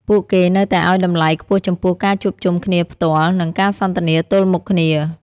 ពួកគេនៅតែឲ្យតម្លៃខ្ពស់ចំពោះការជួបជុំគ្នាផ្ទាល់ និងការសន្ទនាទល់មុខគ្នា។